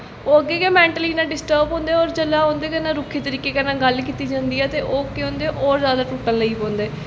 ओह् अग्गें गै मैंटली इन्ने डिस्टर्व होंदे होर जिसलै उं'दे कन्नैं रुक्खे तरीके कन्नै गल्ल कीती जंदी ऐ ते ओह् केह् होंदे होर जैदा टुट्टन लग्गी पौंदे